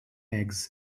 eggs